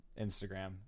Instagram